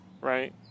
right